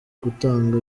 gutanga